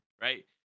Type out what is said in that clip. right